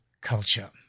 culture